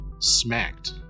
smacked